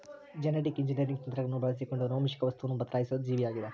genetic engineering ತಂತ್ರಗಳನ್ನು ಬಳಸಿಕೊಂಡು ಆನುವಂಶಿಕ ವಸ್ತುವನ್ನು ಬದಲಾಯಿಸಿದ ಜೀವಿಯಾಗಿದ